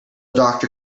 doctor